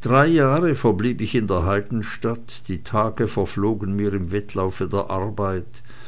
drei jahre verblieb ich in der heidenstadt die tage verflogen mir im wettlaufe der arbeit